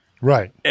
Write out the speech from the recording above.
right